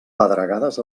pedregades